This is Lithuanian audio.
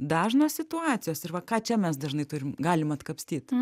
dažnos situacijos ir va ką čia mes dažnai turim galim atkapstyt